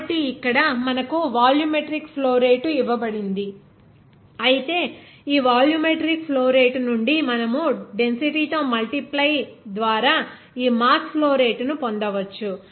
కాబట్టి ఇక్కడ మనకు వాల్యూమెట్రిక్ ఫ్లో రేటు ఇవ్వబడింది అయితే ఈ వాల్యూమెట్రిక్ ఫ్లో రేటు నుండి మనము డెన్సిటీ తో మల్టిప్లై ద్వారా ఈ మాస్ ఫ్లో రేటు ను పొందవచ్చు